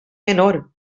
menor